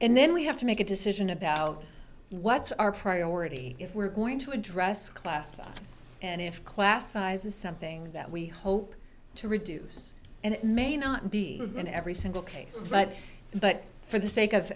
and then we have to make a decision about what's our priority if we're going to address class us and if class size is something that we hope to reduce and it may not be in every single case but but for the sake of